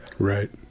Right